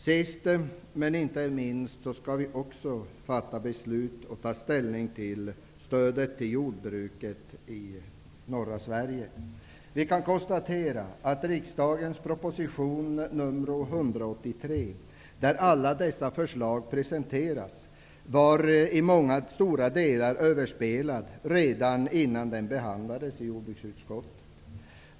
Sist men inte minst skall vi fatta beslut om stödet till jordbruket i norra Sverige. Vi kan konstatera att regeringens proposition nr 183, där alla dessa förslag presenteras, i stora delar var överspelad redan innan den behandlades i jordbruksutskottet.